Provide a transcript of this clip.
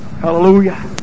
Hallelujah